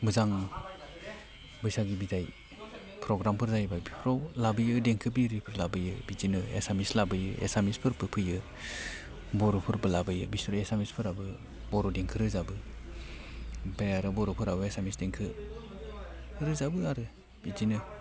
मोजां बैसागो बिदाय प्रग्रामफोर जायोब्ला बिफ्राव लाबोयो देंखोगिरिफोर लाबोयो बिदिनो एसामिस लाबोयो एसामिसफोरबो फैयो बर'फोरबो लाबोयो बिसोर एसामिसफोराबो बर' देंखो रोजाबो ओमफाय आरो बर'फोराबो एसामिस देंखो रोजाबो आरो बिदिनो